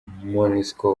monusco